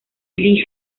lee